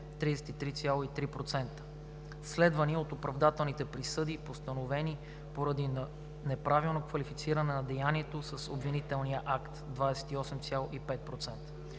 33,3%, следвани от оправдателните присъди, постановени поради неправилно квалифициране на деянието с обвинителния акт – 28,5%.